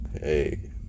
Hey